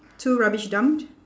two rubbish dump